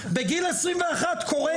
בגיל 21 קורה נס.